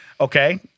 okay